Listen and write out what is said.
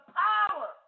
power